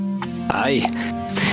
Hi